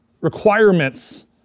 requirements